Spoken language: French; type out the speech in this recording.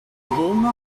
beaune